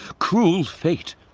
cruel fate!